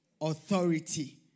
authority